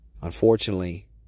Unfortunately